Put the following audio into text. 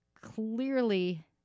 clearly